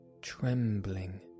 trembling